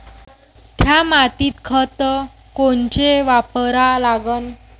थ्या मातीत खतं कोनचे वापरा लागन?